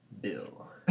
Bill